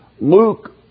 Luke